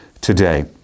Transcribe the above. today